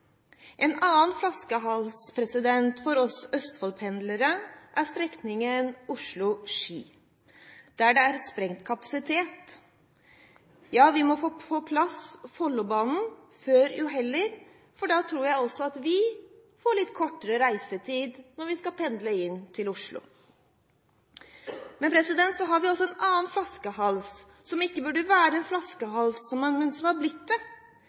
En annen flaskehals for oss Østfold-pendlere er strekningen Oslo–Ski, der det er sprengt kapasitet. Vi må få på plass Follobanen jo før jo heller, for da tror jeg også at vi får litt kortere reisetid når vi skal pendle inn til Oslo. Så har vi også en annen flaskehals, som ikke burde være en flaskehals, men som har blitt det,